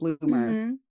bloomer